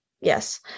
yes